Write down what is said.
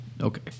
Okay